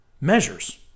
Measures